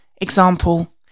Example